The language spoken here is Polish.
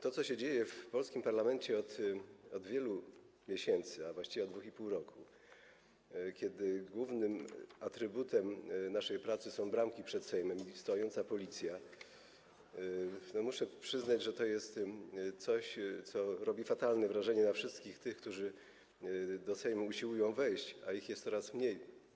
To, co się dzieje w polskim parlamencie od wielu miesięcy, a właściwie od 2,5 roku, kiedy głównym atrybutem naszej pracy są bramki przed Sejmem i stojąca tam Policja, muszę przyznać, że to jest coś, co robi fatalne wrażenie na wszystkich tych, którzy do Sejmu usiłują wejść, a ich jest coraz mniej.